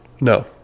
No